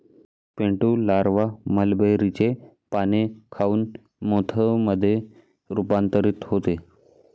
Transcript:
Pintu larva मलबेरीचे पाने खाऊन मोथ मध्ये रूपांतरित होते